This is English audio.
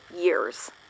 years